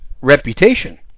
reputation